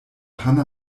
hanna